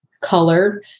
color